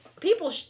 people